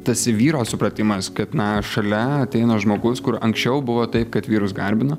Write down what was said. tas vyro supratimas kad na šalia ateina žmogus kur anksčiau buvo taip kad vyrus garbino